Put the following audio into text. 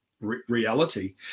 reality